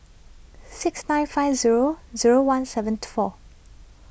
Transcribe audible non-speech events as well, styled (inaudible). six nine five zero zero one seven (noise) four